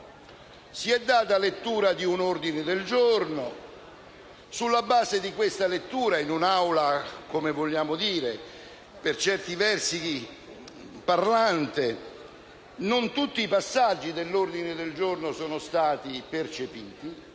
Si è data lettura di un ordine del giorno. Sulla base di questa lettura, in un'Aula che possiamo definire «parlante», non tutti i passaggi dell'ordine del giorno sono stati percepiti.